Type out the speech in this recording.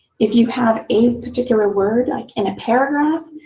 if you have a particular word, like in a paragraph,